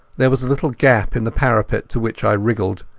there was a little gap in the parapet to which i wriggled,